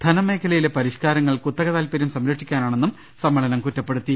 ധനമേഖലയിലെ പരിഷ്കാരങ്ങൾ കുത്തക താൽപര്യം സംരക്ഷിക്കാ നാണെന്നും സമ്മേളനം കുറ്റപ്പെടുത്തി